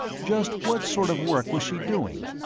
just what sort of work was she doing?